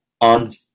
on